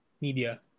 media